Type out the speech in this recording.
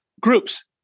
groups